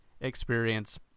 experience